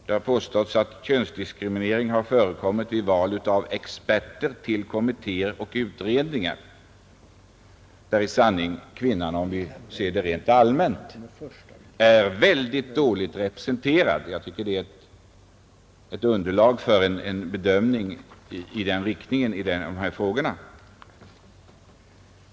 Det har påståtts att könsdiskriminering har förekommit vid valet av experter till kommittéer och utredningar, där kvinnan i sanning, om vi ser det rent allmänt, är väldigt dåligt representerad. Jag tycker att detta ger underlag för en bedömning i viss riktning i dessa frågor.